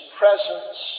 presence